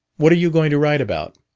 what are you going to write about?